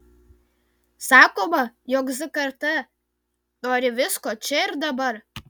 sakoma jog z karta nori visko čia ir dabar